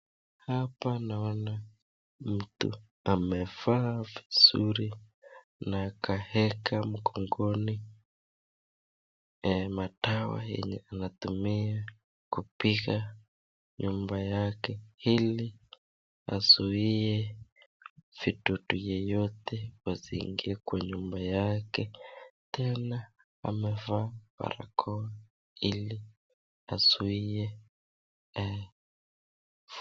Hapa naona mtu amevaa vizuri na akaeka mgongoni madawa yenye tunatumia kupiga nyumba yake ili azuie vidudu yeyote wasiingie kwa nyumba yake. Tena amevaa barakoa ili azuie.